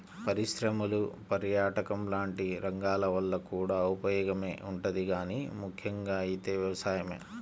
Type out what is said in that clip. పరిశ్రమలు, పర్యాటకం లాంటి రంగాల వల్ల కూడా ఉపయోగమే ఉంటది గానీ ముక్కెంగా అయితే వ్యవసాయమే